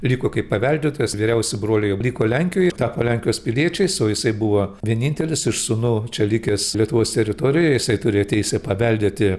liko kaip paveldėtojas vyriausi broliai liko lenkijoj tapo lenkijos piliečiais o jisai buvo vienintelis iš sūnų čia likęs lietuvos teritorijoje jisai turėjo teisę paveldėti